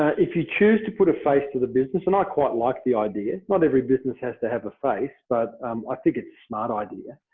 ah if you choose to put a face to the business, and i quite like the idea, it's not every business has to have a face, but i think it's smart idea.